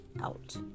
out